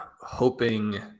hoping